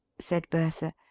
said bertha.